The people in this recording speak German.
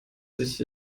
sich